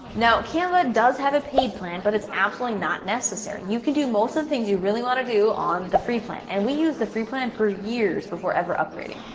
now canva does have a paid plan, but it's actually not necessary. you can do most of the things you really want to do on the free plan. and we use the free plan for years before ever upgrading.